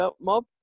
mob